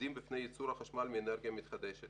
העומדים בפני ייצור חשמל מאנרגיה מתחדשת